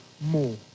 more